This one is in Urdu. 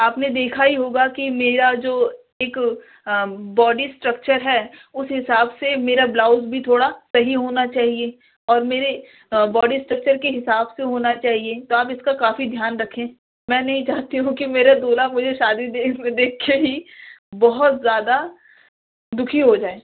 آپ نے دیکھا ہی ہوگا کہ میرا جو ایک باڈی اسٹریکچر ہے اس حساب سے میرا بلاؤز بھی تھوڑا صحیح ہونا چاہیے اور میرے باڈی اسٹرکچر کے حساب سے ہونا چاہیے تو آپ اس کا کافی دھیان رکھیں میں نہیں چاہتی ہوں کہ میرا دولہا مجھے شادی دیکھ دیکھ کے ہی بہت زیادہ دکھی ہو جائے